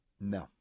No